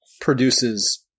produces